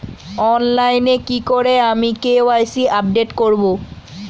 অনলাইনে কি করে আমি কে.ওয়াই.সি আপডেট করব?